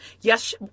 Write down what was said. yes